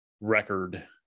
record